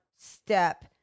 step